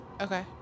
Okay